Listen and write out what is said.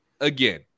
again